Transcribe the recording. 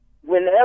whenever